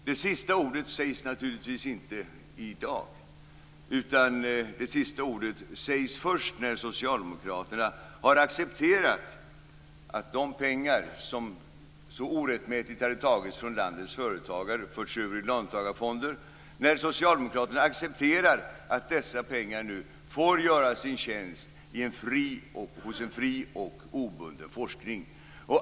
Det sista ordet sägs naturligtvis inte i dag, utan det sista ordet sägs först när socialdemokraterna har accepterat att de pengar som så orättmätigt har tagits från landets företagare och förts över i löntagarfonder nu får göra sin tjänst hos en fri och obunden forskning.